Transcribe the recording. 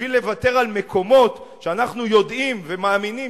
בשביל לוותר על מקומות שאנחנו יודעים ומאמינים